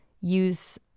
use